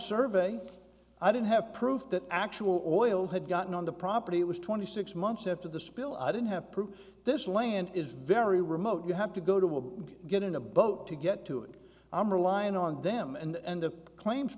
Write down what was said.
survey i didn't have proof that actual oil had gotten on the property it was twenty six months after the spill i don't have proof this land is very remote you have to go to will get in a boat to get to it i'm relying on them and the claims